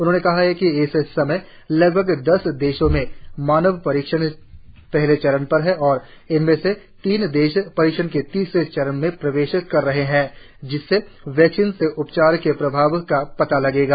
उन्होंने कहा कि इस समय लगभग दस दशों में मानव परीक्षण पहले चरण में है और उनमें से तीन देश परीक्षण के तीसरे चरण में प्रवेश कर रहे हैं जिससे वैक्सीन से उपचार के प्रभाव का पता लगेगा